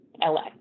LA